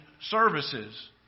services